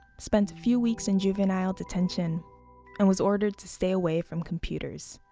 spent a few weeks in juvenile detention and was ordered to stay away from computers.